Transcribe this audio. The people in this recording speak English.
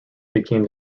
became